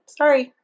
sorry